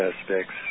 aspects